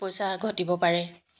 পইচা ঘটিব পাৰে